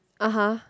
(uh huh)